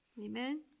Amen